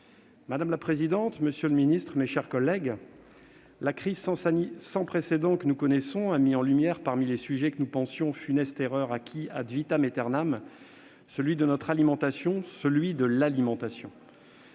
Madame la présidente, monsieur le ministre, mes chers collègues, la crise sanitaire sans précédent que nous connaissons a mis en lumière, parmi les sujets que nous pensions- funeste erreur ! -acquis, celui de l'alimentation, celui de notre alimentation.